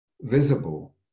visible